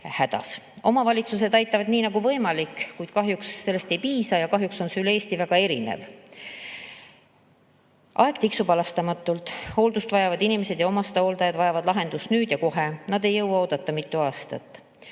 Omavalitsused aitavad nii nagu võimalik, kuid kahjuks sellest ei piisa ja kahjuks on see üle Eesti väga erinev. Aeg tiksub halastamatult, hooldust vajavad inimesed ja omastehooldajad vajavad lahendust nüüd ja kohe, nad ei jõua oodata mitu aastat.